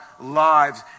lives